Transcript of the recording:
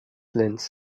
linz